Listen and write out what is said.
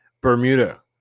Bermuda